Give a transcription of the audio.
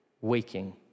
waking